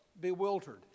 bewildered